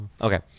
Okay